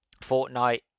Fortnite